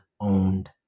owned